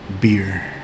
beer